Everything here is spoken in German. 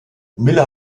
miller